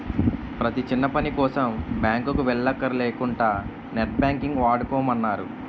ప్రతీ చిన్నపనికోసం బాంకుకి వెల్లక్కర లేకుంటా నెట్ బాంకింగ్ వాడుకోమన్నారు